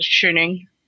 tuning